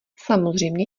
samozřejmě